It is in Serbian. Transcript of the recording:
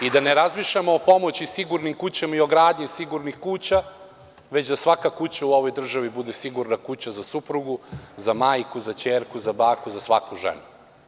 I da ne razmišljamo o pomoći sigurnim kućama i o gradnji sigurnih kuća, već da svaka kuća u ovoj državi bude sigurna kuća za suprugu, za majku, za ćerku, za baku, za svaku ženu.